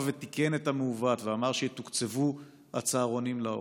ותיקן את המעוות ואמר שיתוקצבו הצהרונים להורים,